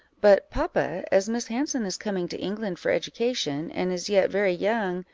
but, papa, as miss hanson is coming to england for education, and is yet very young,